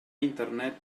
internet